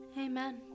Amen